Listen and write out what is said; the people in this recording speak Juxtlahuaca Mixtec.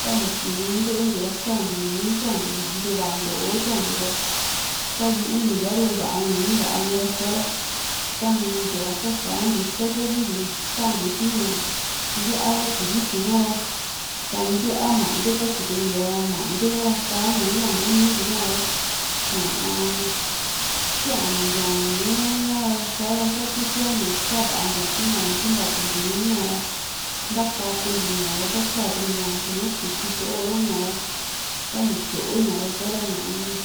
tani sinu ntentiu ra tyantiu ii´n tyantiu ntuva nto´o tyantiu ra sa´a yuuntiu a ru va´a ii´n va´a ni ra sanuntiu ra sasantiu ixta siasintiu santiu si ntía tiviti ka ra ta ntía mante katyitukuntiu ra mante ha´ra sa ña yaa numintiu hua ra ñaa sianuntiua nùù hara sa´ra sa kisiantiu sa va´a ntiu savantiua kinta nti kintatundiu iñu ña ra ntakatentiu ña ra sa tyantiu kisi tyoo ña ra tani tyoo ña ra sa´ra ñaa-m